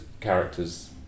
characters